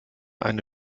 eine